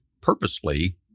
purposely